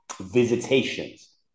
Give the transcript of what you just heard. visitations